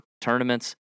tournaments